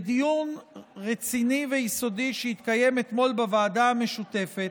בדיון רציני ויסודי שהתקיים אתמול בוועדה המשותפת,